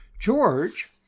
George